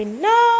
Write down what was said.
no